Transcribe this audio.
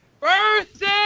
Birthday